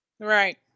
Right